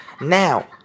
Now